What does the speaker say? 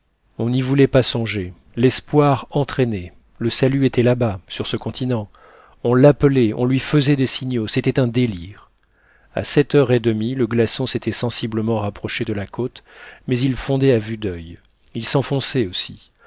on n'y voulait pas songer l'espoir entraînait le salut était làbas sur ce continent on l'appelait on lui faisait des signaux c'était un délire à sept heures et demie le glaçon s'était sensiblement rapproché de la côte mais il fondait à vue d'oeil il s'enfonçait aussi